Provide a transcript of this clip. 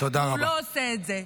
והוא לא עושה את זה.